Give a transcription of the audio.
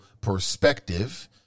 perspective